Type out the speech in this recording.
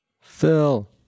Phil